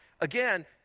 again